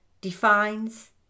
defines